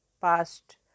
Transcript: past